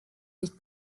les